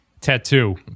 Tattoo